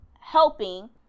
helping